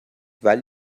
ولی